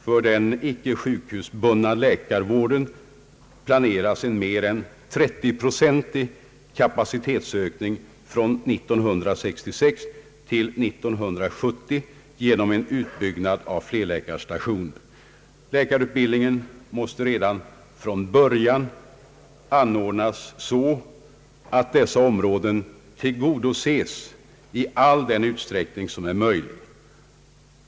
För den icke sjukhusbundna läkarvården ökas kapaciteten med mer än 30 procent från år 1966 till år 1970 genom en utbyggnad av flerläkarstationer. Läkarutbildningen måste redan från början anordnas så att dessa områden tillgodoses i all den utsträckning som är möjlig.